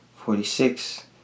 Forty-six